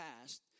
past